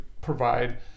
provide